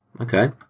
Okay